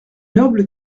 nobles